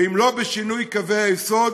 ואם לא בשינוי קווי היסוד,